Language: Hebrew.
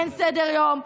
אין סדר-יום.